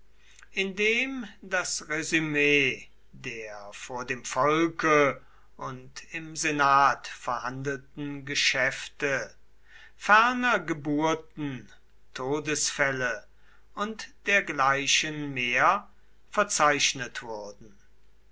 das resümee der vor dem volke und im senat verhandelten geschäfte ferner geburten todesfälle und dergleichen mehr verzeichnet wurden